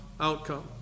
outcome